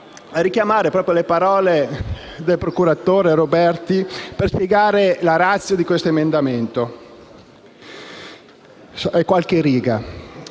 richiamare le parole del procuratore Roberti per spiegare la *ratio* di questo emendamento: «Avevo